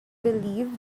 believed